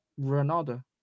Ronaldo